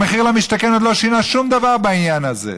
מחיר למשתכן לא שינה שום דבר בעניין הזה.